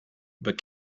but